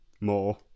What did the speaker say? More